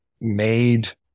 made